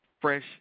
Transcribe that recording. fresh